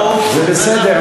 זה בסדר,